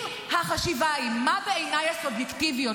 אם החשיבה היא מה בעיניי הסובייקטיביות